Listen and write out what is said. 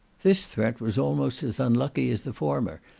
this threat was almost as unlucky as the former,